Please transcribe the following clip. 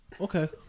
Okay